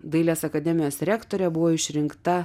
dailės akademijos rektore buvo išrinkta